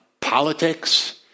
politics